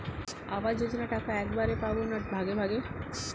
আবাস যোজনা টাকা একবারে পাব না ভাগে ভাগে?